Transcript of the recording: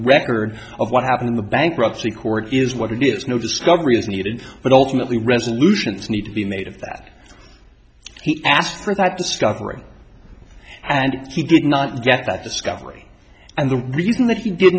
record of what happened in the bankruptcy court is what it is no discovery is needed but ultimately resolutions need to be made that he asked for that discovery and he did not get that discovery and the reason that he did